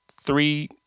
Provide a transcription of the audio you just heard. three